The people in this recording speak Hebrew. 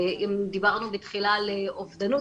אם דיברנו בתחילה על אובדנות,